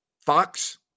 Fox